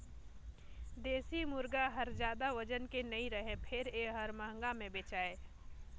देसी मुरगा हर जादा ओजन के नइ रहें फेर ए हर महंगा में बेचाथे